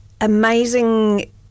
amazing